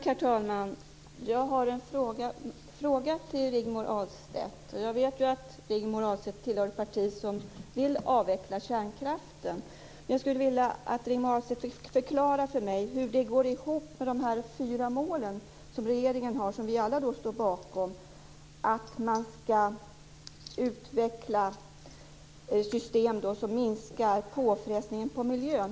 Herr talman! Jag har en fråga till Rigmor Ahlstedt. Jag vet att Rigmor Ahlstedt tillhör ett parti som vill avveckla kärnkraften. Jag skulle vilja att Rigmor Ahlstedt förklarade för mig hur det går ihop med de fyra mål som vi alla står bakom, att man skall utveckla system som minskar påfrestningen på miljön.